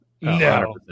No